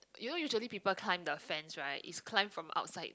you know usually people climb the fence right is climb from outside